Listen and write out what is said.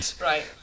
Right